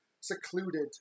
secluded